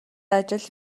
ажил